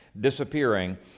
disappearing